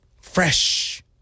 fresh